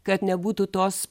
kad nebūtų tos